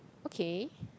okay